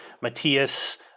Matthias